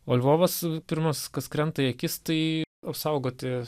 o lvovas pirmas kas krenta į akis tai apsaugoti